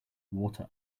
water